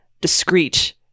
discreet